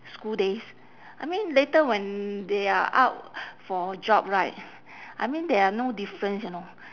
school days I mean later when they are out for job right I mean there are no difference you know